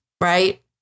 right